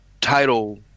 title